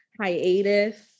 hiatus